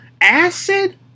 Acid